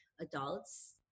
adults